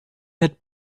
had